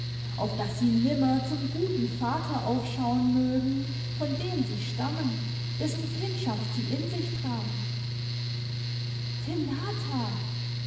auf daß sie nimmer zum guten vater aufschauen mögen von dem sie stammen dessen kindschaft sie in sich tragen renata